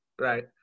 right